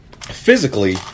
physically